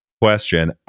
question